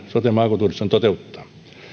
sote ja maakuntauudistus on välttämätöntä toteuttaa